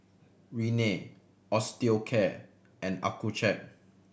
Rene Osteocare and Accucheck